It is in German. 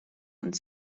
und